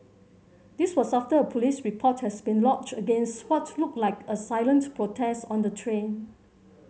this was after a police report has been lodged against what looked like a silent protest on the train